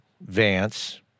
Vance